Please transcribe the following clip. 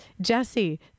Jesse